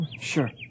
Sure